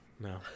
No